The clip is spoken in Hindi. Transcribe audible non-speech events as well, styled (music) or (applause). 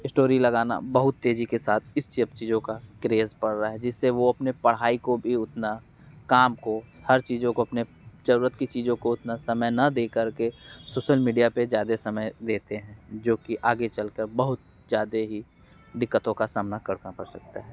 स्टोरी लगाना बहुत तेजी के साथ इस (unintelligible) चीज़ों का क्रेज बढ़ रहा है जिससे वो अपने पढ़ाई को भी उतना काम को हर चीज़ों को अपने जरूरत की चीज़ों को उतना समय ना दे करके सोसल मीडिया पे ज़्यादा समय देते हैं जो कि आगे चलकर बहुत ज़्यादा ही दिक्कतों का सामना करना पड़ सकता है